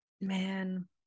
man